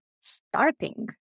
starting